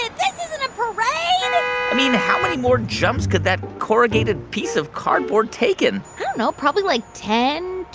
this isn't a parade i mean, how many more jumps could that corrugated piece of cardboard taken? i don't know. probably, like, ten,